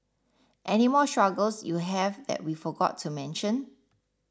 any more struggles you have that we forgot to mention